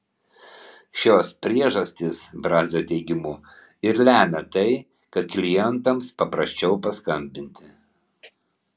šios priežastys brazio teigimu ir lemia tai kad klientams paprasčiau paskambinti